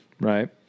right